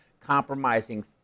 compromising